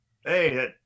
Hey